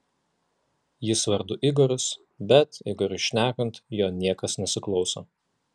jis vardu igoris bet igoriui šnekant jo niekas nesiklauso